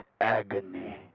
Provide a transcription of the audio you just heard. agony